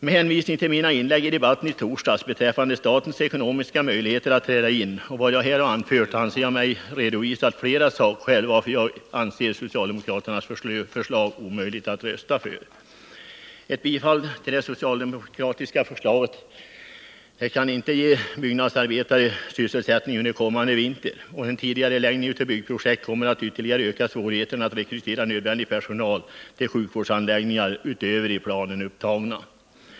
Med hänvisning till mina inlägg i debatten i torsdags beträffande statens ekonomiska möjligheter att träda in, och till vad jag här anfört, anser jag mig ha redovisat flera sakskäl till att jag anser det vara omöjligt att rösta för socialdemokraternas förslag. Ett bifall till det socialdemokratiska förslaget kan inte ge byggnadsarbetare sysselsättning under kommande vinter. Tidigareläggning av byggprojekt kommer att ytterligare öka svårigheterna att rekrytera nödvändig personal till sjukvårdsanläggningar utöver vad som upptagits i planen.